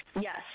Yes